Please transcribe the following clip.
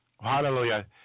Hallelujah